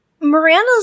Miranda's